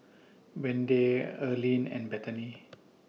Wende Earline and Bethany